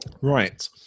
Right